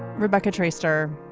rebecca traister,